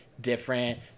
different